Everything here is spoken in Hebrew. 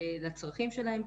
לצרכים שלהם,